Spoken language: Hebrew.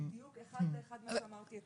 בדיוק אחד לאחד מה שאמרתי אתמול.